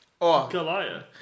Goliath